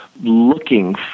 looking